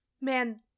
Man